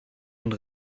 und